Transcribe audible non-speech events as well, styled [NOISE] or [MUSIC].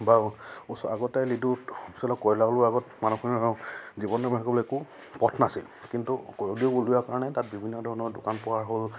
বাৰু আগতে লিডু অঞ্চলৰ কয়লা ওলোৱাৰ আগত মানুহখিনি জীৱন নিৰ্বাহ কৰিবলৈ একো পথ নাছিল কিন্তু [UNINTELLIGIBLE] ওলোৱা কাৰণে তাত বিভিন্ন ধৰণৰ দোকান পোহাৰ হ'ল